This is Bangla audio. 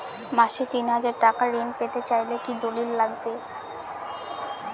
মাসে তিন হাজার টাকা ঋণ পেতে চাইলে কি দলিল লাগবে?